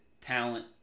talent